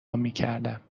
میکردم